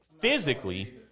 physically